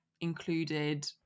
included